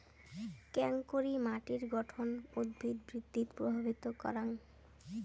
কেঙকরি মাটির গঠন উদ্ভিদ বৃদ্ধিত প্রভাবিত করাং?